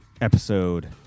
episode